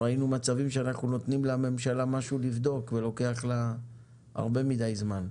ראינו מצבים שאנחנו נותנים לממשלה לברר ולוקח לה הרבה מדי זמן.